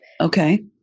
okay